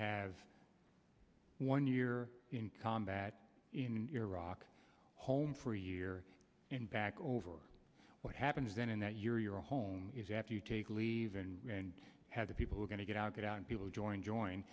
have one we're in combat in iraq home for a year and back over what happens then in that year your home is after you take leave and had to people who are going to get out get out and people join join